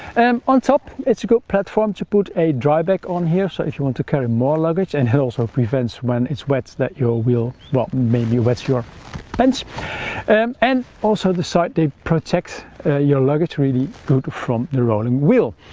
um on top it's a good platform to put a dry bag on here so if you want to carry more luggage and hill also so prevents when it's wet that your will what made you wet your pants and also the sides they protect your luggage really good from the rolling wheel.